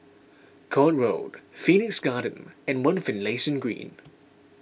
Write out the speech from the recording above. Court Road Phoenix Garden and one Finlayson Green